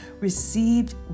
received